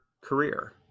career